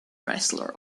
wrestler